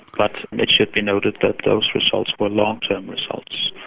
but it should be noted that those results were long term results.